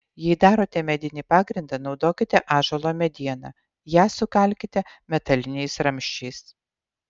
jei darote medinį pagrindą naudokite ąžuolo medieną ją sukalkite metaliniais ramsčiais